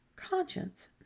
Conscience